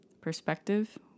perspective